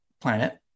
planet